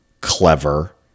clever